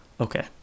Okay